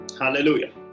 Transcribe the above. hallelujah